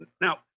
now